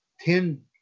Ten